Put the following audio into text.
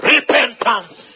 Repentance